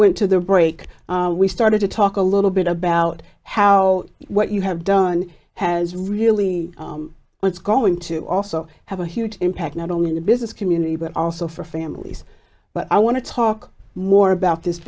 went to the break we started to talk a little bit about how what you have done has really what's going to also have a huge impact not only in the business community but also for families but i want to talk more about this